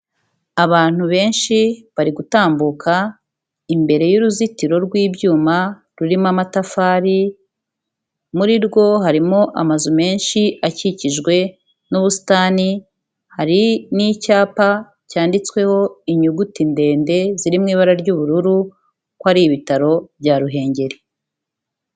Abantu benshi bari gutambuka imbere y'uruzitiro rw'ibyuma rurimo amatafari, muri rwo harimo amazu menshi akikijwe n'ubusitani, hari n'icyapa cyanditsweho inyuguti ndende ziri mu ibara ry'ubururu ko ari ibitaro bya Ruhengeri.